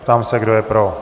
Ptám se, kdo je pro.